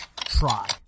try